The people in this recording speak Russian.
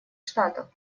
штатов